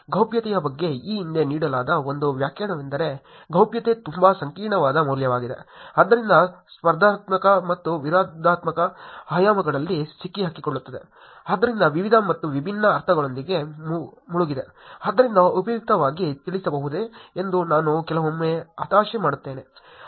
ಗೌಪ್ಯತೆಯ ಬಗ್ಗೆ ಈ ಹಿಂದೆ ನೀಡಲಾದ ಒಂದು ವ್ಯಾಖ್ಯಾನವೆಂದರೆ ಗೌಪ್ಯತೆ ತುಂಬಾ ಸಂಕೀರ್ಣವಾದ ಮೌಲ್ಯವಾಗಿದೆ ಆದ್ದರಿಂದ ಸ್ಪರ್ಧಾತ್ಮಕ ಮತ್ತು ವಿರೋಧಾತ್ಮಕ ಆಯಾಮಗಳಲ್ಲಿ ಸಿಕ್ಕಿಹಾಕಿಕೊಳ್ಳುತ್ತದೆ ಆದ್ದರಿಂದ ವಿವಿಧ ಮತ್ತು ವಿಭಿನ್ನ ಅರ್ಥಗಳೊಂದಿಗೆ ಮುಳುಗಿದೆ ಅದನ್ನು ಉಪಯುಕ್ತವಾಗಿ ತಿಳಿಸಬಹುದೇ ಎಂದು ನಾನು ಕೆಲವೊಮ್ಮೆ ಹತಾಶೆ ಮಾಡುತ್ತೇನೆ